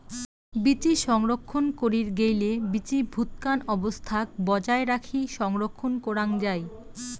বীচি সংরক্ষণ করির গেইলে বীচি ভুতকান অবস্থাক বজায় রাখি সংরক্ষণ করাং যাই